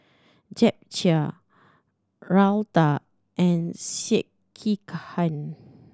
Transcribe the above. Japchae Raita and Sekihan